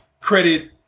credit